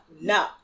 No